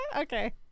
Okay